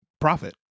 profit